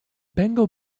bengal